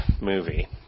movie